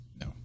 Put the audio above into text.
No